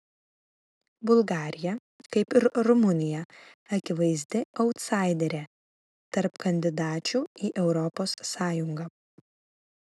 bulgarija kaip ir rumunija akivaizdi autsaiderė tarp kandidačių į europos sąjungą